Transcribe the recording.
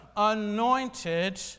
anointed